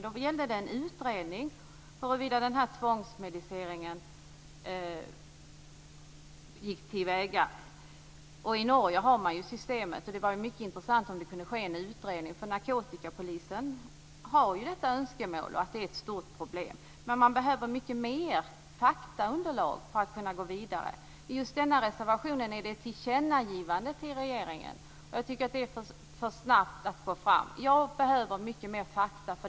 Då gällde det en utredning om hur tvångsmedicinering går till. I Norge har man systemet, och det vore mycket intressant om det kunde göras en utredning. Narkotikapolisen har detta önskemål, och det är ett stort problem. Men man behöver mycket mer faktaunderlag för att kunna gå vidare. Just denna reservation gäller ett tillkännagivande till regeringen. Jag tycker att det är att gå för snabbt fram. Jag behöver mycket mer fakta.